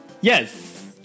Yes